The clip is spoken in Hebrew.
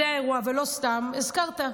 זה האירוע, ולא סתם הזכרת.